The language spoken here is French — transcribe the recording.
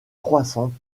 croissante